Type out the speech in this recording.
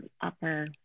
upper